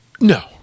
No